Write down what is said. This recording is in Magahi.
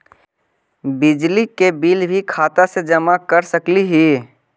बिजली के बिल भी खाता से जमा कर सकली ही?